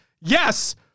yes